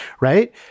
right